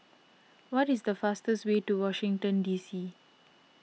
what is the fastest way to Washington D C